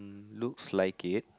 looks like it